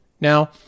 Now